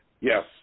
Yes